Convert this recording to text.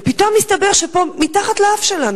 ופתאום מסתבר שמתחת לאף שלנו,